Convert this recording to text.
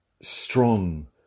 strong